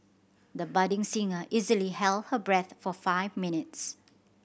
the budding singer easily held her breath for five minutes